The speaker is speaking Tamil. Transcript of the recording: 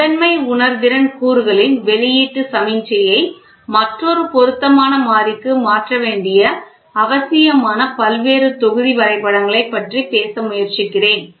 முதன்மை உணர்திறன் கூறுகளின் வெளியீட்டு சமிக்ஞையை மற்றொரு பொருத்தமான மாறிக்கு மாற்ற வேண்டிய அவசியமான பல்வேறு தொகுதி வரைபடங்களைப் பற்றி பேச முயற்சிக்கிறேன்